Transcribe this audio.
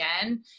again